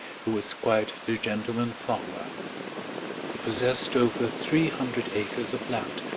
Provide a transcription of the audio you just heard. who was quite the gentleman-farmer. he possessed over three hundred acres of land,